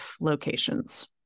locations